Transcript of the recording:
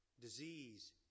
Disease